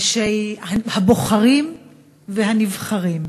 הבוחרים והנבחרים,